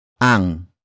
ang